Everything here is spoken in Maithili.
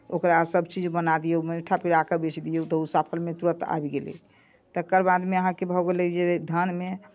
ओकरा सभ चीज बना दियौ मैठा पेराके बेचि दियौ तऽ ओ सफलमे तुरन्त आबि गेलै तकर बाद जे अहाँके भऽ गेलै धानमे